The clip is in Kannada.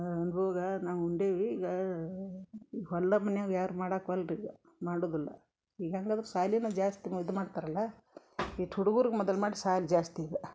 ಅನ್ಬೋಗ ನಾವು ಉಂಡೇವಿ ಈಗ ಹೊಲ್ದ ಮನ್ಯಾಗ ಯಾರು ಮಾಡಾಕೆ ವಲ್ರಿ ಈಗ ಮಾಡುದುಲ್ಲ ಈಗ ಹೆಂಗದ್ರು ಸಾಲಿನ ಜಾಸ್ತಿ ಇದು ಮಾಡ್ತಾರಲ್ಲ ಇಟ್ ಹುಡ್ಗುರ್ಗ ಮದಲ್ ಮಾಡ್ ಸಾಲಿ ಜಾಸ್ತಿ ಈಗ